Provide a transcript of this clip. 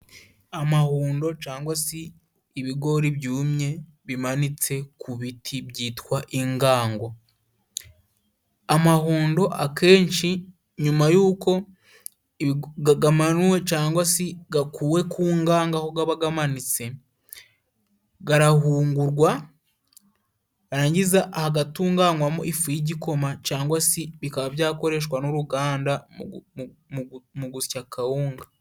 Amahundo cangwa si ibigori byumye bimanitse ku biti byitwa ingango, amahundo akenshi nyuma yuko gamanuwe cangwa si gakuwe ku ngango aho gaba gamanitse garahungurwa, barangiza hagatunganywamo ifu y'igikoma cangwa si bikaba byakoreshwa n'uruganda mu gusya kawunga.